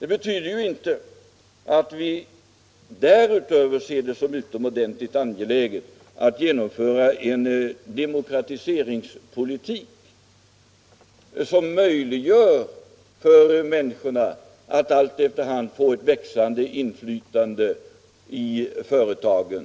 Det betyder inte att vi därutöver inte ser det som utomordentligt angeläget att genomföra en demokratiseringspolitik, som gör det möjligt för människorna att efter hand få ett växande inflytande i företagen.